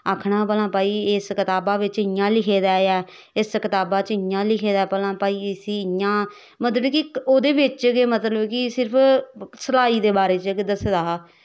आखना भला भाई इस कताबा बिच्च इयां लिखे दा ऐ इस कताबा बिच्च इयां लिखे दा ऐ भला भाई इसी इयां मतलव का ओह्दे बिच्च गै मतलव कि सिर्फ सलाई दे बारे च गै दस्से दा हा